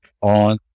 on